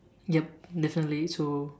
yup definitely so